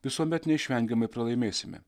visuomet neišvengiamai pralaimėsime